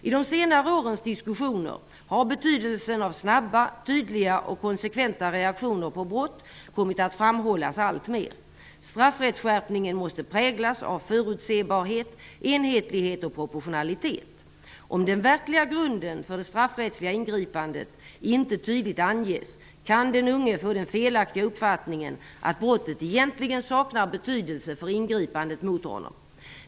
I de senare årens diskussioner har betydelsen av snabba, tydliga och konsekventa reaktioner på brott kommit att framhållas alltmer. Straffrättskipningen måste präglas av förutsebarhet, enhetlighet och proportionalitet. Om den verkliga grunden för det straffrättsliga ingripandet inte tydligt anges, kan den unge få den felaktiga uppfattningen att brottet egentligen saknar betydelse för ingripandet mot honom.